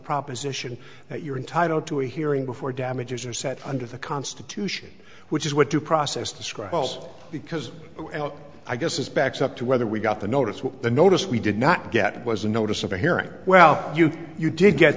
proposition that you're entitled to a hearing before damages are set under the constitution which is what due process describes because i guess is backs up to whether we got the notice what the notice we did not get was a notice of a hearing well you you didn't get